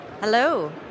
Hello